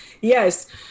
Yes